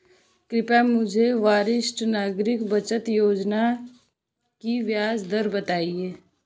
कृपया मुझे वरिष्ठ नागरिक बचत योजना की ब्याज दर बताएं